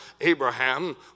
Abraham